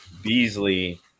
Beasley